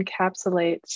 encapsulates